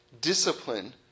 discipline